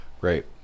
great